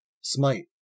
Smite